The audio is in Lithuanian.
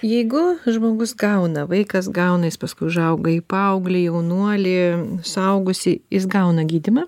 jeigu žmogus gauna vaikas gauna jis paskui užauga į paauglį jaunuolį suaugusį jis gauna gydymą